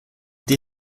die